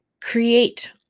create